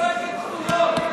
את צועקת שטויות.